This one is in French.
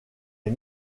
est